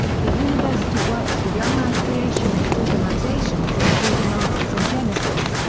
the university works with young earth creationist organizations including answers in genesis.